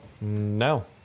No